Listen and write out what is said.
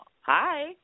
Hi